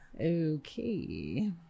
Okay